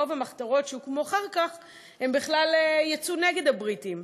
רוב המחתרות שהוקמו אחר כך בכלל יצאו נגד הבריטים.